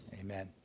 Amen